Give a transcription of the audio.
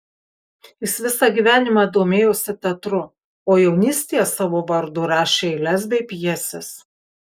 jis visą gyvenimą domėjosi teatru o jaunystėje savo vardu rašė eiles bei pjeses